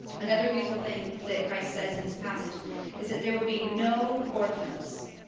another beautiful thing that christ says in this passage is that there will be no orphans.